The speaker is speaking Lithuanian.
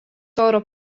oro